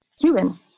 Cuban